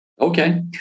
Okay